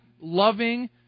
loving